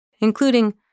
including